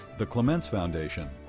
the clements foundation.